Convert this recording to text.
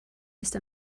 ist